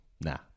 nah